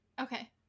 Okay